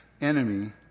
enemy